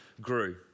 grew